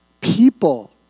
people